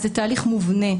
אז זה תהליך מובנה,